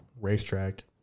racetrack